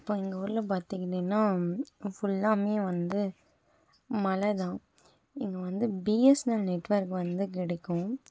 இப்போ எங்கள் ஊரில் பார்த்துக்கிட்டீங்கன்னா ஃபுல்லாமே வந்து மழை தான் இங்கே வந்து பிஎஸ்னல் நெட்ஒர்க் வந்து கிடைக்கும்